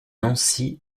nancy